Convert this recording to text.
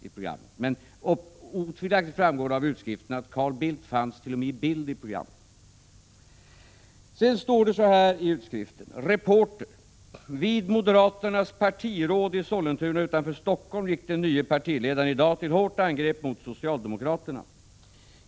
I varje fall framgår det otvivelaktigt av utskriften att Carl Bildt var med i bild i programmet. I utskriften står det vidare: ”REPORTER Vid moderaternas partiråd i Sollentuna utanför Stockholm gick den nye partiledaren idag till hårt angrepp mot socialdemokraterna.